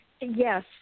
Yes